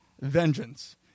vengeance